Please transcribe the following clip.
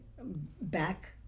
back